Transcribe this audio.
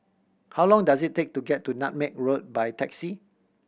how long does it take to get to Nutmeg Road by taxi